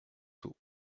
sceaux